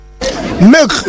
milk